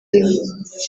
rimwe